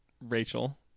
Rachel